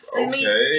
okay